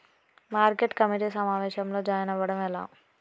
Market committee సమావేశంలో join అవ్వడం ఎలా?